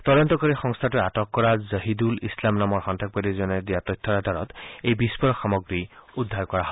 তদন্তকাৰী সংস্থাটোৱে আটক কৰা জহিদুল ইছলাম নামৰ সন্নাসবাদজনে দিয়া তথ্যৰ আধাৰত এই বিস্ফোৰক সামগ্ৰী উদ্ধাৰ কৰা হয়